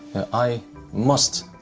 i must